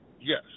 Yes